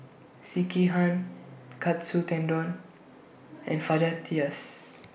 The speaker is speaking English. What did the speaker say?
Sekihan Katsu Tendon and